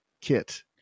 kit